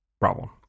problem